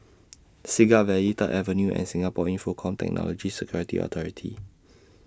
Siglap Valley Third Avenue and Singapore Infocomm Technology Security Authority